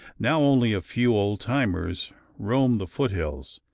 now only a few old timers roam the foot-hills,